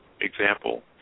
example